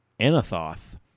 Anathoth